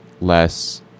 less